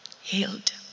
healed